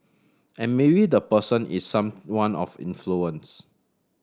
and maybe the person is someone of influence